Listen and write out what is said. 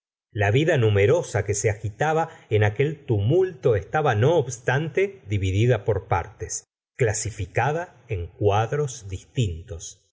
la vida numerosa que se agitaba en aquel tumulto estaba no obstante dividida por partes clasificada en cuadros distintos